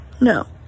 No